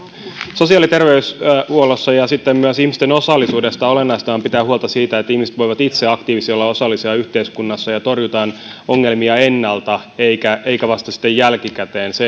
sosiaali ja terveydenhuollossa ja sitten myös ihmisten osallisuudessa olennaista on pitää huolta siitä että ihmiset voivat itse olla aktiivisia ja olla osallisia yhteiskunnassa ja torjutaan ongelmia ennalta eikä vasta sitten jälkikäteen se